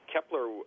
Kepler